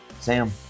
Sam